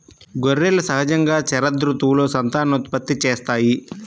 గొర్రెలు సహజంగా శరదృతువులో సంతానోత్పత్తి చేస్తాయి